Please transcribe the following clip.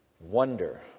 Wonder